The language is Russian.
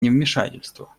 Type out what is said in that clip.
невмешательства